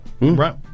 Right